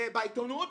בעיתונות?